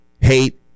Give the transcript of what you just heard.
hate